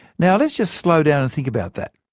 now let's just slow down and think about that.